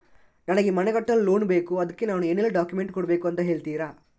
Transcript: ನನಗೆ ಮನೆ ಕಟ್ಟಲು ಲೋನ್ ಬೇಕು ಅದ್ಕೆ ನಾನು ಏನೆಲ್ಲ ಡಾಕ್ಯುಮೆಂಟ್ ಕೊಡ್ಬೇಕು ಅಂತ ಹೇಳ್ತೀರಾ?